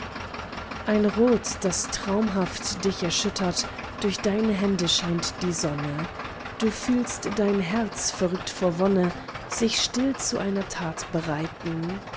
ein rot das traumhaft dich erschüttert durch deine hände scheint die sonne du fühlst dein herz verrückt vor wonne sich still zu einer tat bereiten